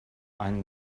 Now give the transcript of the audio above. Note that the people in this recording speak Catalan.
any